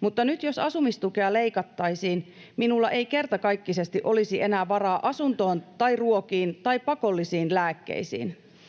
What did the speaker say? Mutta nyt jos asumistukea leikattaisiin, minulla ei kertakaikkisesti olisi enää varaa asuntoon tai ruokiin tai pakollisiin lääkkeisiin.